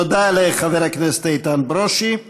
תודה לחבר הכנסת איתן ברושי.